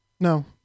No